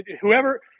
Whoever –